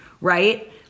right